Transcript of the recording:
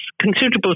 considerable